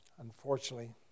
unfortunately